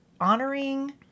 honoring